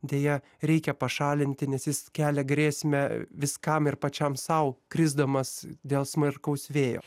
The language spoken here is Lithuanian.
deja reikia pašalinti nes jis kelia grėsmę viskam ir pačiam sau krisdamas dėl smarkaus vėjo